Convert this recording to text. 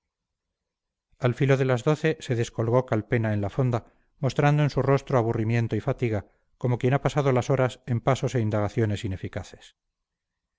al filo de las doce se descolgó calpena en la fonda mostrando en su rostro aburrimiento y fatiga como quien ha pasado las horas en pasos e indagaciones ineficaces